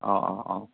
अ अ अ